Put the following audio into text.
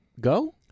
go